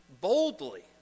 boldly